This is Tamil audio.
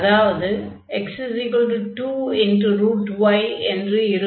அதாவது x 2y என்று இருக்கும்